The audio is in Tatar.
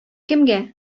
кемгә